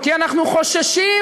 כי אנחנו חוששים